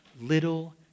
little